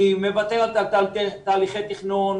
היא מוותרת על תהליכי תכנון,